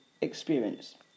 experience